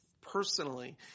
personally